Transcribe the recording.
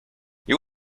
you